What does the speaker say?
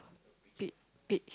pea~ peach